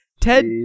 Ted